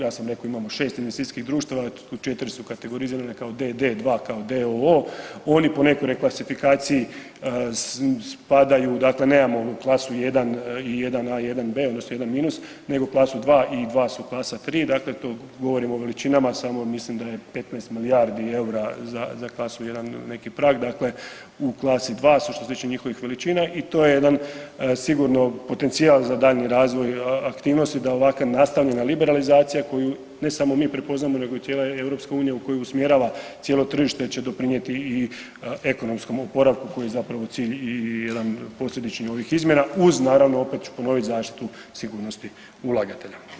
Ja sam rekao imamo 6 investicijskih društava, 4 su kategorizirane kao d.d., 2 kao d.o.o., oni po nekakvoj klasifikaciji spadaju, dakle nemao klasu 1 i 1a, 1b odnosno 1 minus, nego klasu 2 i 2 su klasa 3, dakle to govorimo o veličinama, samo mislim da je 15 milijardi EUR-a za klasu 1 neki prag, dakle u klasi 2 što se tiče njihovih veličina i to je jedan sigurno potencijal za daljnji razvoj aktivnosti da … [[Govornik se ne razumije]] na liberalizacija koju ne samo mi prepoznamo nego i cijela EU koja usmjerava cijelo tržište će doprinijeti i ekonomskom oporavku koji je zapravo cilj i jedan posredičnih ovih izmjena uz naravno opet ću ponoviti zaštitu sigurnosti ulagatelja.